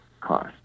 cost